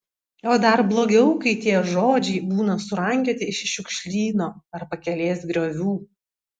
o dar blogiau kai tie žodžiai būna surankioti iš šiukšlyno ar pakelės griovių